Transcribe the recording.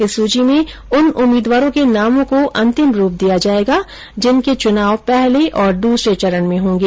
इस सूची में उन उम्मीदवारों के नामों को अंतिम रूप दिया जायेगा जिनके चुनाव पहले और दूसरे चरण में होंगे